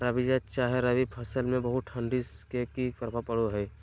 रबिया चाहे रवि फसल में बहुत ठंडी से की प्रभाव पड़ो है?